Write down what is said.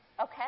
Okay